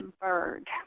bird